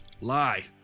lie